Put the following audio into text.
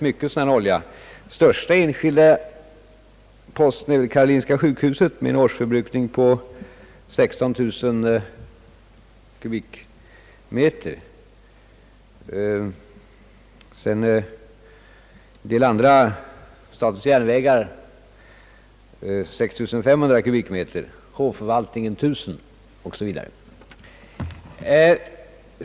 De största enskilda posterna går väl till karolinska sjukhuset med en årsförbrukning på 16 000 kubikmeter, SJ med 6 500, hovförvaltningen med 1 000 o. s. v.